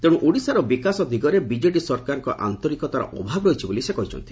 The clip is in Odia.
ତେଣୁ ଓଡ଼ିଶାର ବିକାଶ ଦିଗରେ ବିଜେଡ଼ି ସରକାରଙ୍କ ଆନ୍ତରିକତାର ଅଭାବ ରହିଛି ବୋଲି ସେ କହିଛନ୍ତି